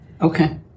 Okay